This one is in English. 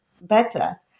better